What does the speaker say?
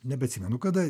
nebeatsimenu kada